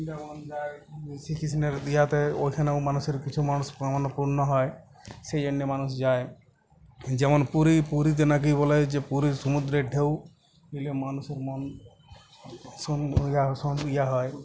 বৃন্দাবন যায় শ্রীকৃষ্ণের ইয়াতে ওইখানেও মানুষের কিছু মনস্কামনা পূর্ণ হয় সেই জন্যে মানুষ যায় যেমন পুরী পুরীতে নাকি বলে যে পুরীর সমুদ্রের ঢেউ নিলে মানুষের মন সং ইয়া সং ইয়া হয়